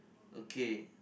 okay